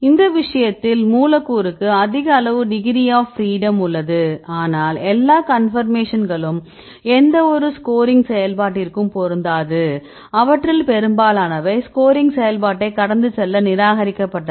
இந்த விஷயத்தில் மூலக்கூறுக்கு அதிக அளவு டிகிரி ஆப் ஃப்ரீடம் உள்ளது ஆனால் எல்லா கன்பர்மேஷன்களும் எந்தவொரு ஸ்கோரிங் செயல்பாட்டிற்கும் பொருந்தாது அவற்றில் பெரும்பாலானவை ஸ்கோரிங் செயல்பாட்டைக் கடந்து செல்ல நிராகரிக்கப்பட்டது